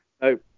no